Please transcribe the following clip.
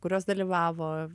kurios dalyvavo